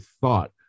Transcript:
thought